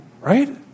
right